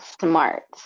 smart